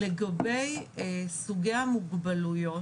לגבי סוגי המוגבלויות,